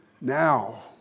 now